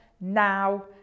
now